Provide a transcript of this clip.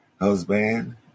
husband